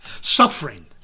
Suffering